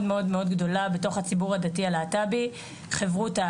מאוד מאוד גדולה בתוך הציבור הדתי הלהט"בי: חברותא,